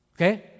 Okay